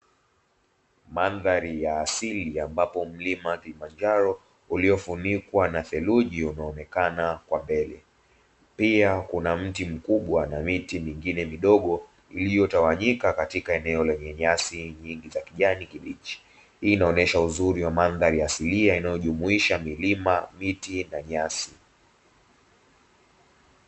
Mandhari ya asili ya mambo mlima Kilimanjaro uliofunikwa na theluji, unaonekana kwa mbele. Pia kuna mti mkubwa na miti mingine midogo iliyotawanyika katika eneo lenye nyasi nyingi za kijani kibichi. Hii inaonyesha uzuri wa mandhari ya asilia inayojumuisha milima miti na nyasi.